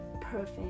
perfect